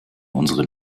unsere